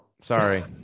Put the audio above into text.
Sorry